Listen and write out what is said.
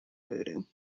voodoo